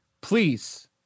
Please